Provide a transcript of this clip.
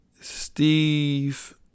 Steve